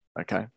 Okay